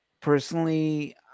Personally